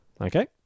Okay